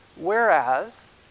Whereas